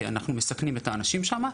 כי אנחנו מסכנים את האנשים שם,